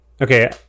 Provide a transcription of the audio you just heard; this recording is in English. okay